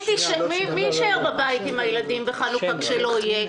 מי יישאר בחנוכה בבית עם הילדים כשלא יהיה?